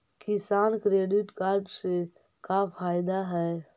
किसान credit card से का फायदा है?